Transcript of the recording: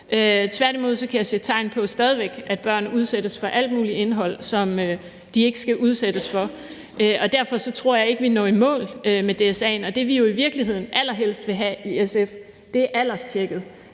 Tværtimod kan jeg stadig væk se tegn på, at børn udsættes for alt muligt indhold, som de ikke skal udsættes for. Derfor tror jeg ikke, vi når i mål med DSA'en. Og det, vi jo i virkeligheden allerhelst vil have i SF, er alderstjekket,